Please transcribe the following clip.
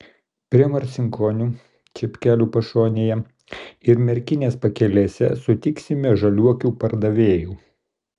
prie marcinkonių čepkelių pašonėje ir merkinės pakelėse sutiksime žaliuokių pardavėjų